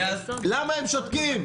למה הם שותקים?